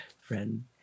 friend